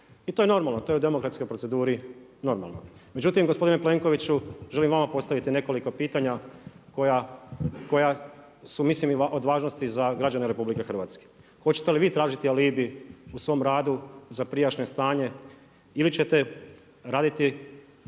I to je normalno, to je u demokratskoj proceduri normalno. Međutim, gospodine Plenković želim vama postaviti nekoliko pitanja koja su mislim od važnosti za građane RH. Hoćete li vi tražiti alibi u svom radu za prijašnje stanje ili ćete raditi